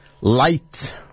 light